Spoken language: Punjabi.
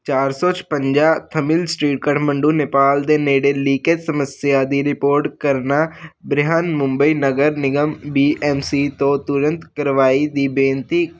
ਚਾਰ ਸੌ ਛਪੰਜਾ ਥਾਮੇਲ ਸਟ੍ਰੀਟ ਕਾਠਮੰਡੂ ਨੇਪਾਲ ਦੇ ਨੇੜੇ ਲੀਕੇਜ ਸਮੱਸਿਆ ਦੀ ਰਿਪੋਰਟ ਕਰਨਾ ਬ੍ਰਿਹਨਮੁੰਬਈ ਨਗਰ ਨਿਗਮ ਬੀ ਐੱਮ ਸੀ ਤੋਂ ਤੁਰੰਤ ਕਾਰਵਾਈ ਦੀ ਬੇਨਤੀ